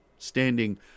standing